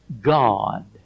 God